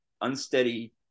unsteady